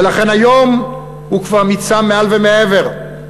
ולכן היום הוא כבר מיצה מעל ומעבר.